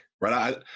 right